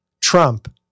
Trump